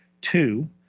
Two